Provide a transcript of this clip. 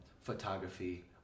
photography